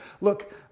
Look